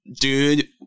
dude